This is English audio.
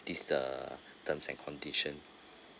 these the terms and condition